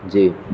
جی